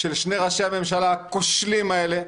-- של שני ראשי הממשלה הכושלים האלה,